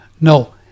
No